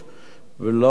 ולא על מגזרים.